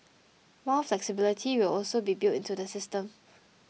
more flexibility will also be built into the system